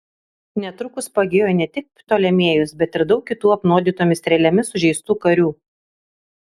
netrukus pagijo ne tik ptolemėjus bet ir daug kitų apnuodytomis strėlėmis sužeistų karių